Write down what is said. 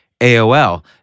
AOL